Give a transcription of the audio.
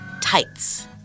tights